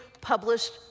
published